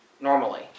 normally